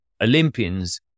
Olympians